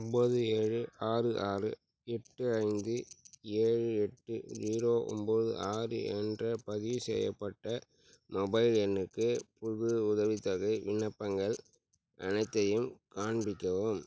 ஒம்பது ஏழு ஆறு ஆறு எட்டு ஐந்து ஏழு எட்டு ஜீரோ ஒம்பது ஆறு என்ற பதிவு செய்யப்பட்ட மொபைல் எண்ணுக்கு புது உதவித்தொகை விண்ணப்பங்கள் அனைத்தையும் காண்பிக்கவும்